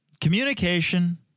communication